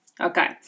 Okay